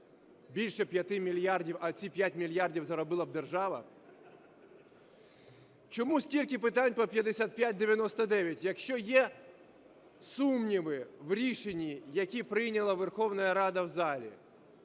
більше 5 мільярдів, а ці 5 мільярдів заробила б держава. Чому стільки питань по 5599, якщо є сумніви в рішенні, які прийняла Верховна Рада в залі?